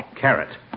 Carrot